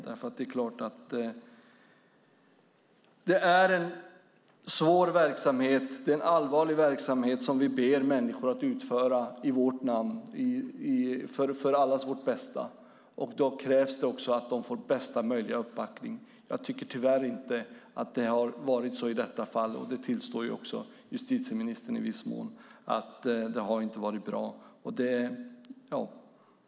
Detta är en svår och allvarlig verksamhet som vi ber människor att utföra för allas vårt bästa. Då krävs det också att de får bästa möjliga uppbackning. Jag tycker tyvärr inte att det har varit så i detta fall. Justitieministern tillstår också i viss mån att det inte har varit bra.